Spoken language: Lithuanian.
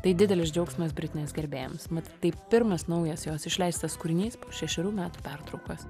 tai didelis džiaugsmas britnės gerbėjams mat tai pirmas naujas jos išleistas kūrinys po šešerių metų pertraukos